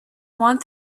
one